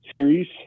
series